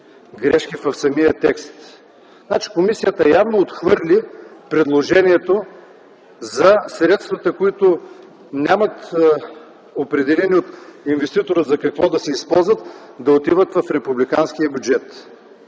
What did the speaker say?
грешки в самия текст. Комисията явно отхвърли предложението за средствата, които не са определени от инвеститора за какво да се използват, да отиват в републиканския бюджет.